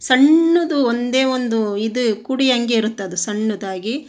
ಸಣ್ಣದು ಒಂದೇ ಒಂದು ಇದು ಕುಡಿ ಹಾಗೆ ಇರುತ್ತದು ಸಣ್ಣದಾಗಿ